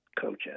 coaches